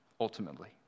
ultimately